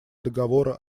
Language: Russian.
договора